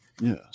yes